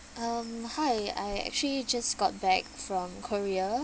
um hi I actually just got back from korea